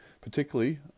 particularly